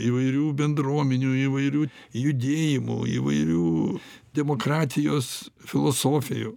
įvairių bendruomenių įvairių judėjimų įvairių demokratijos filosofijų